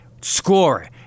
score